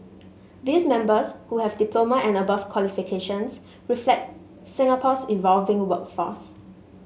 these members who have diploma and above qualifications reflect Singapore's evolving workforce